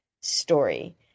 story